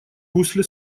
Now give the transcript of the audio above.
русле